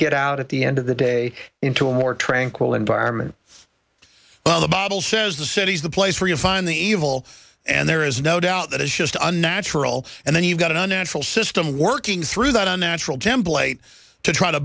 get out at the end of the day into a more tranquil environment the bible says the city is the place where you find the evil and there is no doubt that is just a natural and then you've got a natural system working through that unnatural template to try to